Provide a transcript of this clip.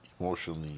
emotionally